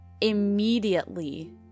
immediately